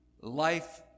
life